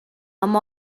amb